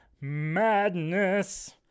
madness